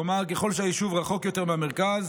כלומר, ככל שהיישוב רחוק יותר מהמרכז,